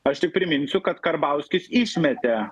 aš tik priminsiu kad karbauskis išmetė